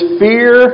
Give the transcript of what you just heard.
fear